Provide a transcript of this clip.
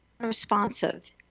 unresponsive